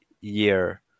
year